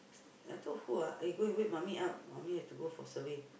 I told who ah eh go and wake mummy up mummy have to go for survey